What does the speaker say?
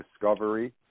Discovery